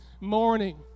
morning